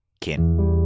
kin